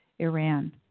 Iran